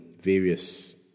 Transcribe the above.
various